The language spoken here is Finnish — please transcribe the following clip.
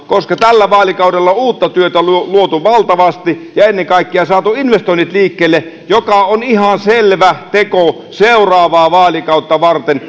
tällä vaalikaudella on uutta työtä luotu luotu valtavasti ja ennen kaikkea saatu investoinnit liikkeelle mikä on ihan selvä teko seuraavaa vaalikautta varten